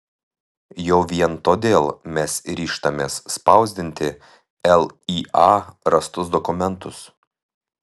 jau vien todėl mes ryžtamės spausdinti lya rastus dokumentus